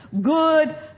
good